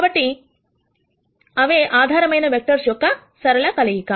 కాబట్టి ఇది అవే ఆధారమైన వెక్టర్స్ యొక్క సరళ కలయిక